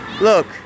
Look